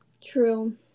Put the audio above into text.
True